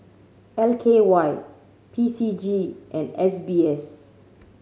L K Y P C G and S B S